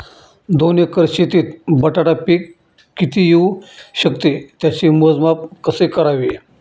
दोन एकर शेतीत बटाटा पीक किती येवू शकते? त्याचे मोजमाप कसे करावे?